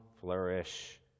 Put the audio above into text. flourish